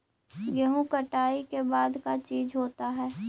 गेहूं कटाई के बाद का चीज होता है?